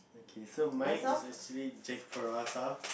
okay so mine is actually